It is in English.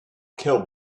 kill